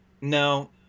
No